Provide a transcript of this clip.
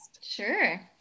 Sure